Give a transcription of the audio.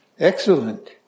Excellent